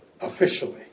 Officially